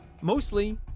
Mostly